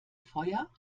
feuer